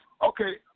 Okay